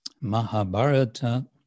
Mahabharata